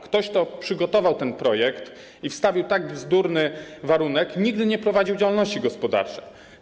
Ktoś, kto przygotował ten projekt i wstawił tak bzdurny warunek, nigdy nie prowadził działalności gospodarczej.